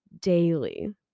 daily